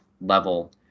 level